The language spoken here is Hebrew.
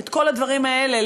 כל הדברים האלה,